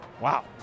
Wow